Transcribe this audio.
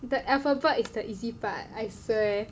the alphabet is the easy part I swear